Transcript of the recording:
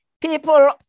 people